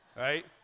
right